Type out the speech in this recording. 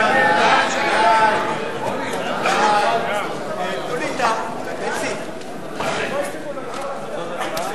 ההצעה להעביר את הצעת חוק לתיקון פקודת העדה הדתית